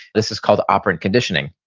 this is called operant conditioning.